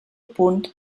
punt